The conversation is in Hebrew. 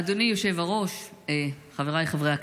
אדוני היושב-ראש, חבריי חברי הכנסת,